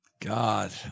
God